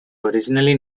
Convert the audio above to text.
originally